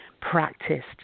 practiced